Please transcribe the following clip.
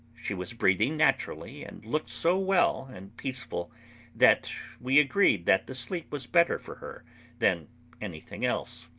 she was breathing naturally and looked so well and peaceful that we agreed that the sleep was better for her than anything else.